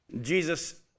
Jesus